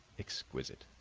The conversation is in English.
exquisite.